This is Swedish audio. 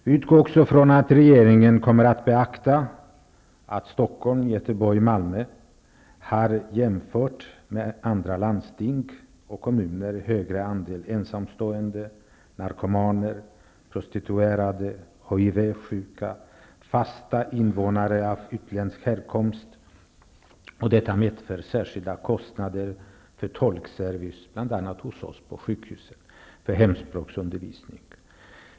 Vi utgår också från att regeringen kommer att beakta att Stockholm, Göteborg och Malmö jämfört med andra kommuner och landsting har en högre andel ensamstående, narkomaner, prostituerade, HIV sjuka och fasta invånare av utländsk härkomst, vilket medför särskilda kostnader för tolkservice bl.a. hos oss på sjukhusen och för hemspråksundervisning.